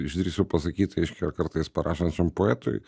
išdrįsiu pasakyt reiškia kartais parašančiam poetui